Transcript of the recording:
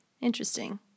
Interesting